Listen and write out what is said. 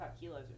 kilos